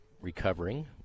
recovering